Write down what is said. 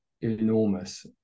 enormous